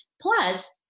Plus